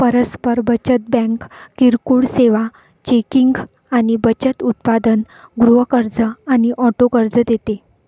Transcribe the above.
परस्पर बचत बँक किरकोळ सेवा, चेकिंग आणि बचत उत्पादन, गृह कर्ज आणि ऑटो कर्ज देते